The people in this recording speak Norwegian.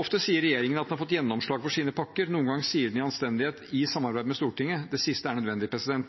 Ofte sier regjeringen at den har fått gjennomslag for sine pakker – noen ganger sier den, i anstendighet, «i samarbeid med Stortinget». Det siste er nødvendig,